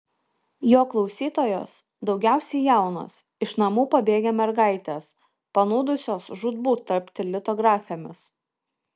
jo klausytojos daugiausiai jaunos iš namų pabėgę mergaitės panūdusios žūtbūt tapti litografėmis